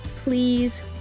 please